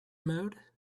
mode